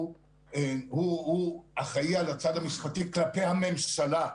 הוא אחראי על הצד המשפטי כלפי הממשלה,